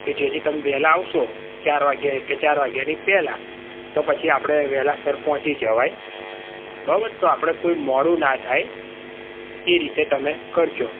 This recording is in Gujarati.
કે જેથી તમે વહેલા આવશો ચાર વાગ્યે કે ચાર વાગ્યાની પહેલા તો પછી આપણે વહેલાસર પહોંચી જવાય બરોબર તો આપણે કોઈ મોડું ના થાય એ રીતે તમે કરજો